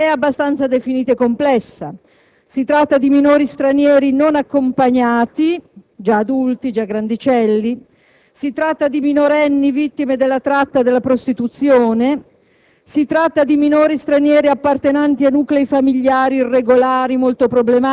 la tipologia dei minori di cui dobbiamo occuparci è abbastanza definita e complessa: si tratta di minori stranieri non accompagnati, già grandicelli; si tratta di minorenni vittime della tratta della prostituzione;